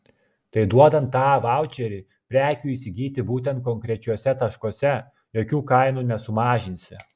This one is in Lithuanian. tai duodant tą vaučerį prekių įsigyti būtent konkrečiuose taškuose jokių kainų nesumažinsi